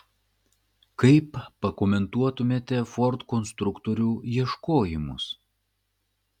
kaip pakomentuotumėte ford konstruktorių ieškojimus